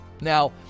Now